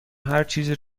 هرچیزی